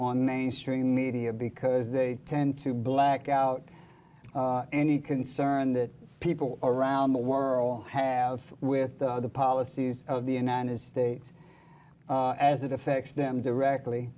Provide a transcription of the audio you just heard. on mainstream media because they tend to black out any concern that people around the world have with the policies of the united states as it affects them directly